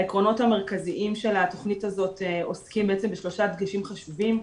העקרונות המרכזיים של התוכנית הזאת עוסקים בעצם בשלושה דגשים חשובים: